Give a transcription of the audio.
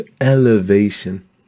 elevation